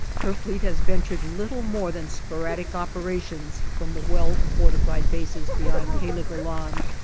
her fleet has ventured little more than sporadic operations from the well-fortified bases behind heligoland.